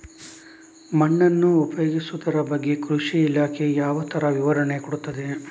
ಮಣ್ಣನ್ನು ಉಪಯೋಗಿಸುದರ ಬಗ್ಗೆ ಕೃಷಿ ಇಲಾಖೆ ಯಾವ ತರ ವಿವರಣೆ ಕೊಡುತ್ತದೆ?